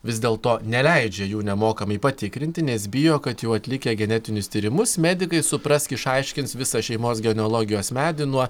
vis dėl to neleidžia jų nemokamai patikrinti nes bijo kad jau atlikę genetinius tyrimus medikai supras išaiškins visą šeimos genealogijos medį nuo